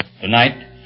Tonight